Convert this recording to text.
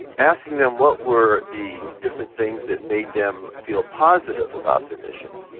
asking them what were the different things that made them feel positive about their missions.